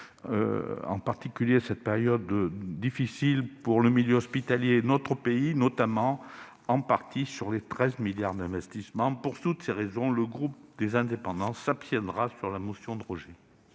en particulier en cette période difficile pour le milieu hospitalier dans notre pays, notamment sur les 13 milliards d'euros d'investissements attendus. Pour toutes ces raisons, le groupe Les Indépendants s'abstiendra sur la motion de rejet.